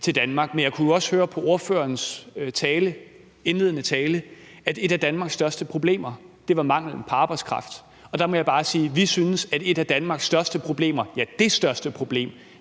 til Danmark. Jeg kunne også høre, at ordføreren i sin indledende tale sagde, at et af Danmarks største problemer er manglen på arbejdskraft, og der må jeg bare sige, at vi synes, at et af Danmarks største problemer – ja, det største problem